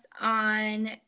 on